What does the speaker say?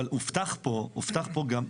אבל הובטח פה גם,